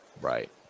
right